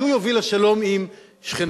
שהוא יוביל לשלום עם שכנינו.